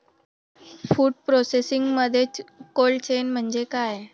Food प्रोसेसिंगमध्ये cold chain म्हणजे काय?